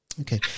Okay